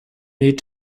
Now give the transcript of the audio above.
need